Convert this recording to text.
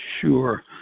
Sure